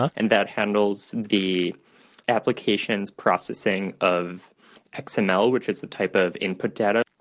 and that handles the applications processing of ah xml, which is a type of input data.